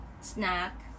snack